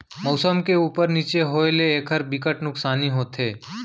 मउसम के उप्पर नीचे होए ले एखर बिकट नुकसानी होथे